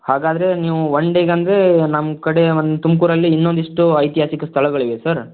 ಹಾಗಾದರೆ ನೀವು ಒನ್ ಡೇಗಂದರೆ ನಮ್ಮ ಕಡೆ ಒಂದು ತುಮಕೂರಲ್ಲಿ ಇನ್ನೊಂದಿಷ್ಟು ಐತಿಹಾಸಿಕ ಸ್ಥಳಗಳಿವೆ ಸರ್